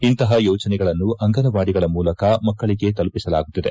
ಇಂತಪ ಯೋಜನೆಗಳನ್ನು ಅಂಗನವಾಡಿಗಳ ಮೂಲಕ ಮಕ್ಕಳಿಗೆ ತಲುಪಿಸಲಾಗುತ್ತಿದೆ